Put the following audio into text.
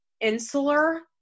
insular